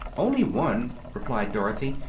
only one, replied dorothy,